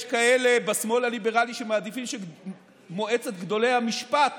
יש כאלה בשמאל הליברלי שמעדיפים שמועצת גדולי המשפט,